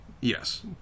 Yes